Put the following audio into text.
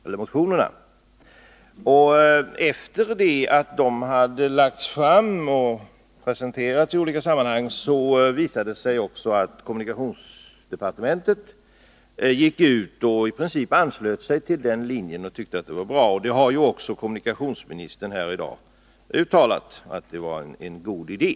Sedan dessa hade väckts och presenterats visade det sig att också kommunikationsdepartementet i princip anslöt sig till den linjen. Även kommunikationsministern har här i dag uttalat att det var en god idé.